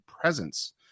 presence